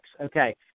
Okay